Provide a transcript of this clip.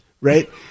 right